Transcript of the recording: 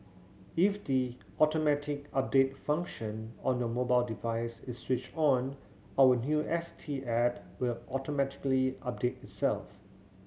if the automatic update function on your mobile device is switched on our new S T app will automatically update itself